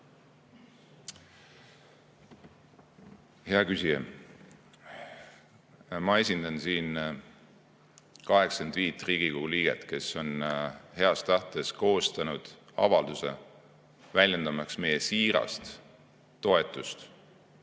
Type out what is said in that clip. Hea küsija! Ma esindan siin Riigikogu 85 liiget, kes on heas tahtes koostanud avalduse, et väljendada meie siirast toetust